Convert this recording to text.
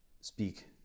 speak